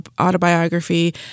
autobiography